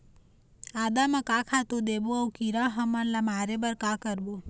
आदा म का खातू देबो अऊ कीरा हमन ला मारे बर का करबो?